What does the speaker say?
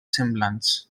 semblants